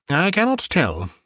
i cannot tell.